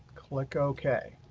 click ok.